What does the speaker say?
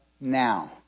Now